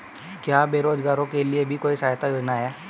क्या बेरोजगारों के लिए भी कोई सहायता योजना है?